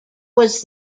was